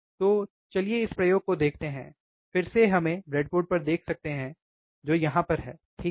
तो चलिए इस प्रयोग को देखते हैं फिर से हम ब्रेडबोर्ड पर देख सकते हैं जो यहाँ पर है ठीक है